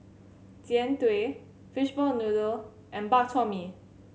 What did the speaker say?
Jian Dui fishball noodle and Bak Chor Mee